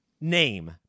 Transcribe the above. name